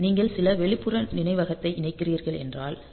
நீங்கள் சில வெளிப்புற நினைவகத்தை இணைக்கிறீர்கள் என்றால் இந்த 8